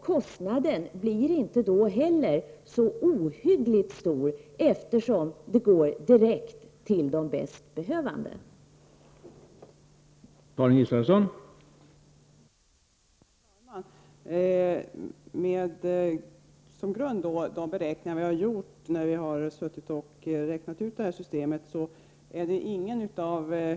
Kostnaden blir då inte heller så ohyggligt stor, eftersom de bäst behövande är de som direkt får nytta av detta.